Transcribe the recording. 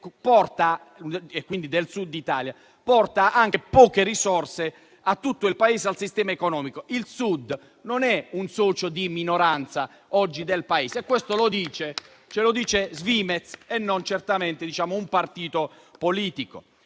e quindi del Sud Italia, porta anche poche risorse a tutto il Paese e al sistema economico. Il Sud oggi non è un socio di minoranza del Paese e questo ce lo dice Svimez e non certamente un partito politico.